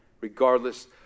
Regardless